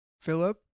Philip